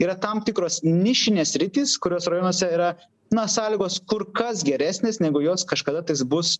yra tam tikros nišinės sritys kurios rajonuose yra na sąlygos kur kas geresnės negu jos kažkada tais bus